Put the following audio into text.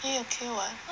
eh okay [what]